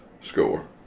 score